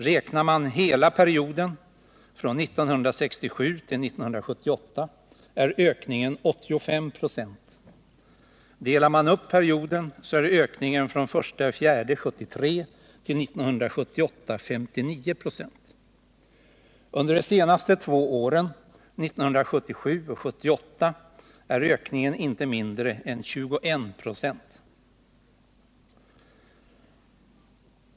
Räknar man hela perioden från 1967 till 1978 är ökningen 85 96. Delar man upp perioden är ökningen från den 1 april 1973 till 1978 59 96. Under de senaste två åren, 1977 och 1978, är ökningen inte mindre än 21.